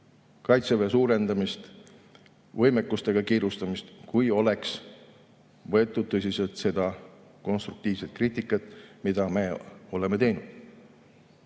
Kaitseväe suurendamise ja võimekuste hankimisega kiirustamist, kui oleks võetud tõsiselt seda konstruktiivset kriitikat, mis me oleme teinud.